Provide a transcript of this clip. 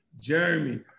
Jeremy